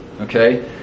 Okay